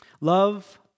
Love